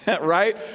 right